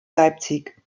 leipzig